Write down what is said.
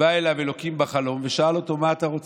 בא אליו אלוקים בחלום ושאל אותו: מה אתה רוצה?